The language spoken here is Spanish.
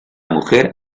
mujer